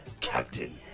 Captain